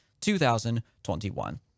2021